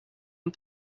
and